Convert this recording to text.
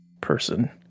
person